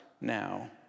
now